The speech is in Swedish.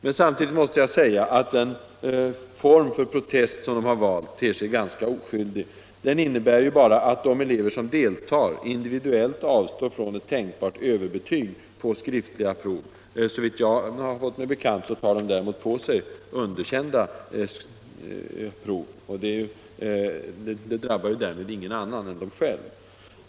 Men samtidigt måste jag säga att den form för protest som de valt ter sig ganska oskyldig. Den innebär ju bara att de elever, som deltar, individuellt avstår från ett tänkbart överbetyg på skriftliga prov. Såvitt mig är bekant tar de däremot på sig underkända prov. Protesten drabbar därmed ingen annan än dem själva.